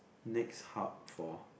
next hub for